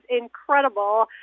incredible